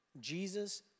Jesus